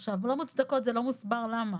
עכשיו לא מוצדקות זה לא מוסבר למה